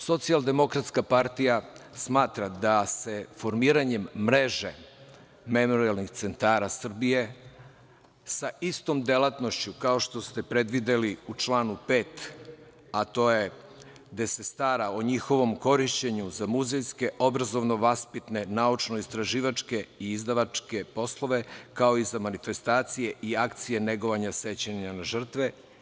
Socijaldemokratska partija smatra da se formiranjem Mreže memorijalnih centara Srbije sa istom delatnošću kao što ste predvideli u članu 5. a to je gde se stara o njihovom korišćenju za muzejske obrazovno-vaspitne, naučno-istraživačke i izdavačke poslove, kao i za manifestacije i akcije negovanja sećanje na žrtve.